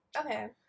Okay